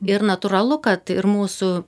ir natūralu kad ir mūsų